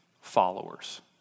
followers